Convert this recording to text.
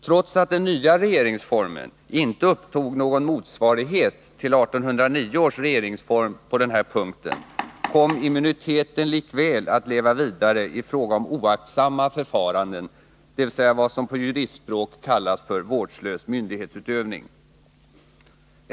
Trots att den nya regeringsformen inte upptog någon motsvarighet till 1809 års regeringsform på denna punkt, kom immuniteten likväl att leva vidare i fråga om oaktsamma förfaranden, dvs. vad som på juristspråk kallas för vårdslös myndighetsutövning.